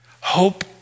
Hope